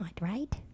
right